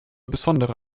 besondere